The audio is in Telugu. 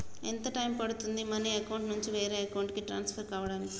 ఎంత టైం పడుతుంది మనీ అకౌంట్ నుంచి వేరే అకౌంట్ కి ట్రాన్స్ఫర్ కావటానికి?